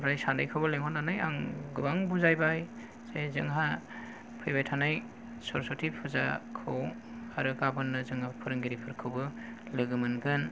ओमफ्राय सानैखौबो लिंहरनानै आं गोबां बुजायबाय जे जोंहा फैबाय थानाय सरसथि फुजाखौ आरो गाबोननो जोंहा फोरोंगिरिफोरखौबो लोगो मोनगोन